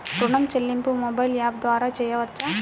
ఋణం చెల్లింపు మొబైల్ యాప్ల ద్వార చేయవచ్చా?